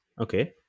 Okay